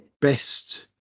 Best